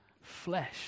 flesh